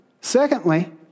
secondly